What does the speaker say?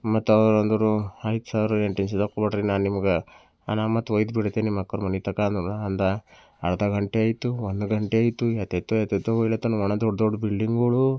ಮತ್ತು ಅವರು ಅಂದರು ಆಯ್ತು ಸರ್ ಏನು ಟೆನ್ಷನ್ ತಗೊಬೇಡ್ರಿ ನಾನು ನಿಮ್ಗೆ ನಾನು ಮತ್ತೆ ಹೋಯ್ತು ಬಿಡ್ತೀನಿ ನಿಮ್ಮ ಅಕ್ಕನ ಮನೆ ತನಕ ಅಂದ ಅರ್ಧ ಗಂಟೆ ಆಯಿತು ಒಂದು ಗಂಟೆ ಆಯಿತು ಎತ್ತೆತ್ತೋ ಎತ್ತೆತ್ತೋ ಹೋಗ್ಲಾತ್ತಾನ ದೊಡ್ಡ ದೊಡ್ಡ ಬಿಲ್ಡಿಂಗಳು